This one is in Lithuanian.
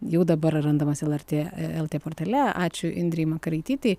jau dabar randamas lrt lt portale ačiū indrei makaraitytei